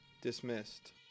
dismissed